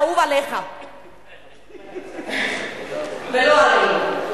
האהוב עליך ולא עלינו.